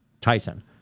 Tyson